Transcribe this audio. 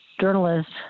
journalists